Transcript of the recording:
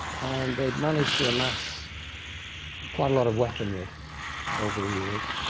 they'd managed to amass quite a lot of weaponry over the years,